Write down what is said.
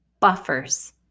buffers